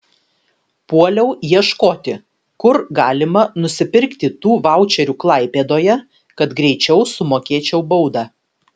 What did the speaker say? puoliau ieškoti kur galima nusipirkti tų vaučerių klaipėdoje kad greičiau sumokėčiau baudą